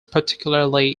particularly